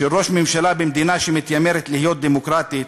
של ראש ממשלה במדינה שמתיימרת להיות דמוקרטית,